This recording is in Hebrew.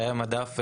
חיי מדף,